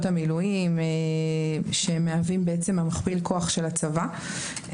המילואים שמהווים את מכפיל הכוח של הצבא.